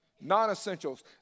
Non-essentials